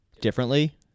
differently